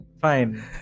Fine